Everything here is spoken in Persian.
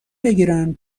بگیرن